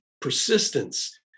persistence